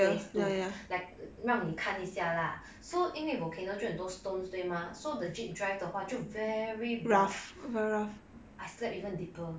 place to like 让你看一下 lah so 因为 volcano 就很多 stones 对 mah so the jeep drive 的话就 very rough I slept even deeper